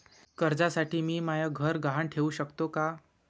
कर्जसाठी मी म्हाय घर गहान ठेवू सकतो का